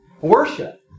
Worship